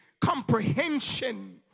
comprehension